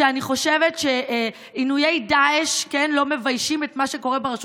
שאני חושבת שעינויי דאעש לא מביישים את מה שקורה ברשות